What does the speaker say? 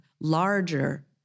larger